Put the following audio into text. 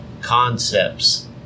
concepts